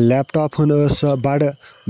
laptop ہن ٲس سۄ بَڑٕ